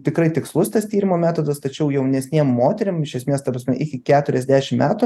tikrai tikslus tas tyrimo metodas tačiau jaunesnėm moterim iš esmės ta prasme iki keturiasdešim metų